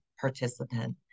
participant